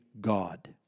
God